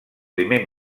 primer